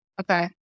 Okay